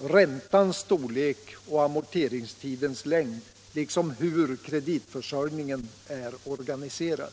nämligen räntans storlek och amorteringstidens längd liksom frågan om hur kreditförsörjningen är organiserad.